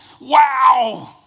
wow